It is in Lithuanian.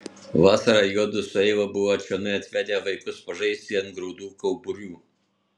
vasarą juodu su eiva buvo čionai atvedę vaikus pažaisti ant grūdų kauburių